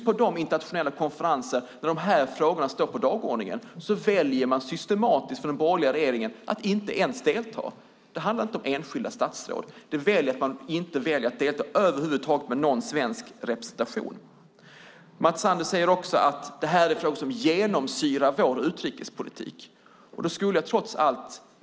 På de internationella konferenser där de här frågorna står på dagordningen väljer den borgerliga regeringen att inte ens delta. Det handlar inte om enskilda statsråd. Man väljer att inte delta med någon svensk representation över huvud taget. Mats Sander säger att det här är frågor som genomsyrar utrikespolitiken.